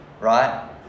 right